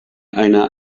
einer